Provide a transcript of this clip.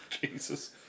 Jesus